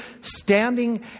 standing